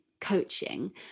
coaching